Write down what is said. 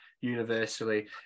universally